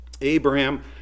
Abraham